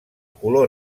color